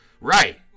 Right